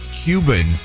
Cuban